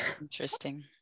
Interesting